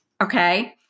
Okay